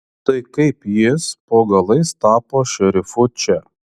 tai kaip jis po galais tapo šerifu čia